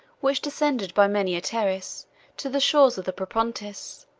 which descended by many a terrace to the shores of the propontis.